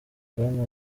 bwana